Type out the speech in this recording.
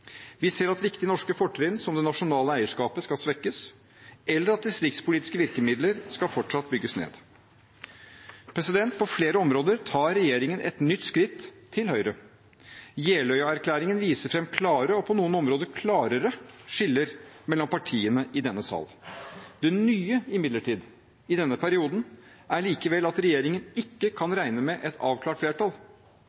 Vi ser at viktige norske fortrinn, som det nasjonale eierskapet, skal svekkes, eller at distriktspolitiske virkemidler fortsatt skal bygges ned. På flere områder tar regjeringen et nytt skritt til høyre. Jeløya-erklæringen viser fram klare, og på noen områder klarere, skiller mellom partiene i denne sal. Det nye, imidlertid, i denne perioden er likevel at regjeringen ikke kan